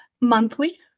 monthly